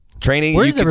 training